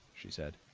she said.